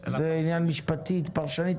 זה עניין משפטי פרשני,